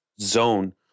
zone